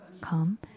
come